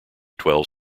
twelve